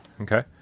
Okay